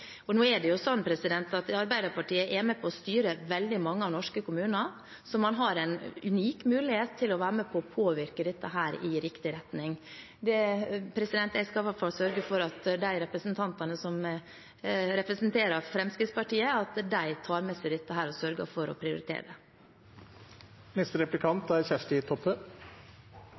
tenkt. Nå er jo Arbeiderpartiet med på å styre veldig mange norske kommuner, så man har en unik mulighet til å være med på å påvirke dette i riktig retning. Jeg skal i hvert fall sørge for at de representantene som representerer Fremskrittspartiet, tar med seg dette og sørger for å prioritere det. Eg høyrde at statsråden snakka mykje om statleg finansiering av eldreomsorga i sitt innlegg. I Os kommune i Hordaland er